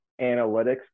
analytics